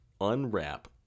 unwrap